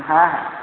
হ্যাঁ হ্যাঁ